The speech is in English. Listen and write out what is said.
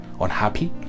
unhappy